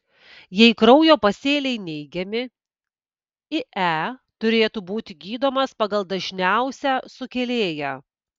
jei kraujo pasėliai neigiami ie turėtų būti gydomas pagal dažniausią sukėlėją